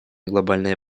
глобальная